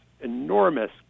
enormous